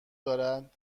دارد